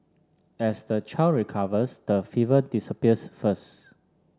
as the child recovers the fever disappears first